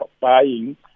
buying